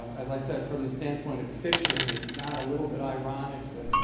as i said, from the standpoint of fiction, it's not a little bit ironic that,